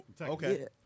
Okay